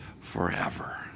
forever